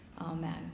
amen